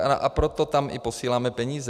A proto tam posíláme peníze.